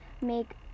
make